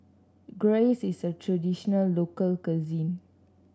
gyros is a traditional local cuisine